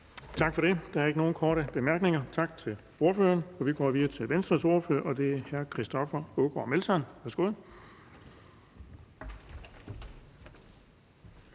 Tak for det. Der er ikke nogen korte bemærkninger, så tak til ordføreren. Vi går videre til Venstres ordfører, og det er hr. Christoffer Aagaard Melson. Værsgo.